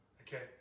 Okay